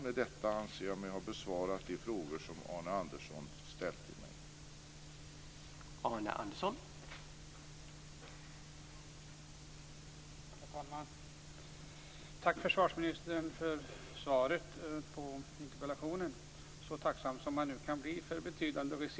Med detta anser jag mig ha besvarat de frågor som Arne Andersson ställt till mig.